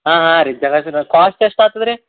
ಹಾಂ ಹಾಂ ರೀ ಜರ ಜರ ಕಾಸ್ಟ್ ಎಷ್ಟಾಗ್ತದ್ ರೀ